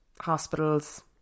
hospitals